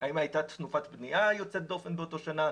האם הייתה תנופת בנייה יוצאת דופן באותה שנה.